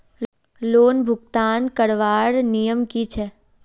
Loan भुगतान करवार नियम की छे?